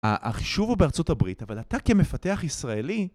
החישוב הוא בארצות הברית, אבל אתה כמפתח ישראלי...